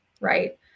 right